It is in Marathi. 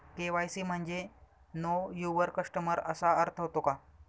के.वाय.सी म्हणजे नो यूवर कस्टमर असा अर्थ होतो का?